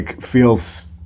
feels